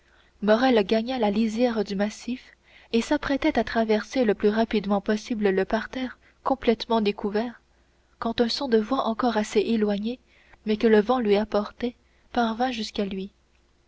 morrel gagna la lisière du massif et s'apprêtait à traverser le plus rapidement possible le parterre complètement découvert quand un son de voix encore assez éloigné mais que le vent lui apportait parvint jusqu'à lui